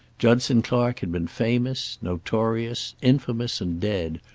judson clark had been famous, notorious, infamous and dead,